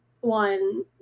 one